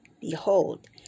Behold